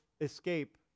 escape